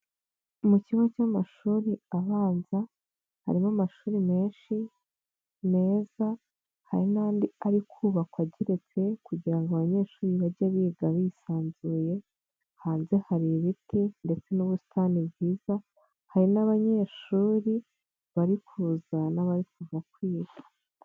Mu kigo cy'amashuri abanza harimo amashuri menshi meza hari n'andi ari kubakwa ageretse kugira ngo abanyeshuri bajye biga bisanzuye, hanze hari ibiti ndetse n'ubusitani bwiza hari n'abanyeshuri bari kuza n'abari kuva kwiga.